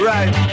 Right